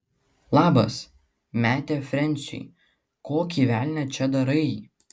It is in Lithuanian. labas metė frensiui kokį velnią čia darai